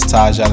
Taj